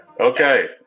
Okay